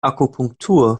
akupunktur